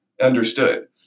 understood